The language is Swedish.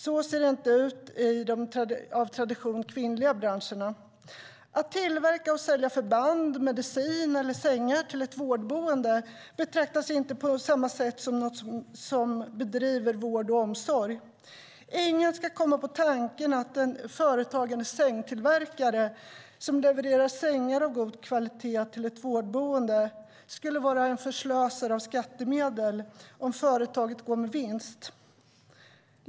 Så ser det inte ut i de av tradition kvinnliga branscherna. Att tillverka och sälja förband, medicin eller sängar till ett vårdboende betraktas inte på samma sätt som att bedriva vård och omsorg. Ingen ska komma på tanken att en företagande sängtillverkare som levererar sängar av god kvalitet till ett vårdboende skulle vara en förslösare av skattemedel om företaget går med vinst.